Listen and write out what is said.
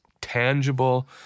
tangible